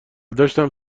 داشتم